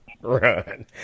Run